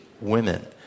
women